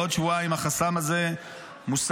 בעוד שבועיים החסם הזה מוסר.